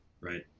Right